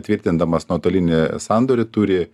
tvirtindamas nuotolinį sandorį turi